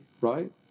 right